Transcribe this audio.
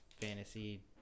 Fantasy